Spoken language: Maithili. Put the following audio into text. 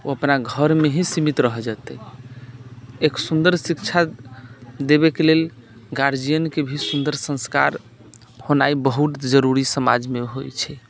ओ अपना घरमे ही सीमित रहि जेतै एक सुन्दर शिक्षा देबयके लेल गार्जियेनके भी सुन्दर संस्कार होनाइ बहुत जरूरी समाजमे होइत छै